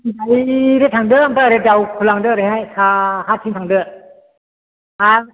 direct थांदो ओमफ्राय ओरै दावखोलांदो ओरैहाय साहाथिं थांदो आर